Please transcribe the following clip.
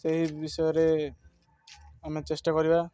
ସେହି ବିଷୟରେ ଆମେ ଚେଷ୍ଟା କରିବା